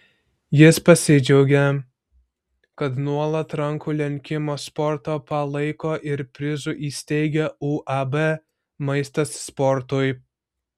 jis pasidžiaugė kad nuolat rankų lenkimo sportą palaiko ir prizų įsteigia uab maistas sportui